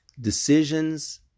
Decisions